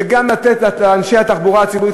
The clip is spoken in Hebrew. וגם לתת לאנשי התחבורה הציבורית,